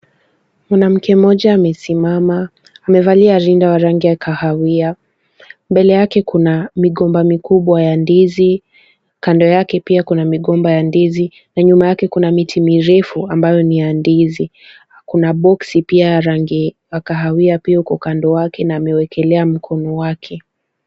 Mwanamke mmoja amesimama, amevalia rinda ya rangi ya kahawia, mbele yake kuna migomba mikubwa ya ndizi, kando yake pia kuna migomba ya ndizi na nyuma yake kuna miti mirefu ambayo ni ya ndizi, kuna boksi pia ya rangi ya kahawia pia iko kando yake na amewekelea mkono wake.